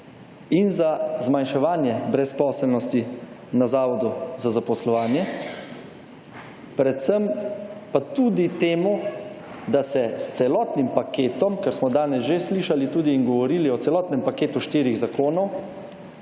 in za zmanjševanje brezposelnosti na zavodu za zaposlovanje, predvsem pa tudi temu, da se s celotnim paketom, ker smo danes že slišali tudi in govorili o celotnem paketu štirih zakonov